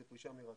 זה פרישה מרצון.